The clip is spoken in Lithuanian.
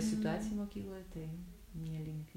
situacija mokykloj tai nelinkiu